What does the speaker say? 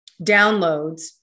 downloads